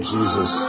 Jesus